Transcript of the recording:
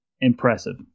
Impressive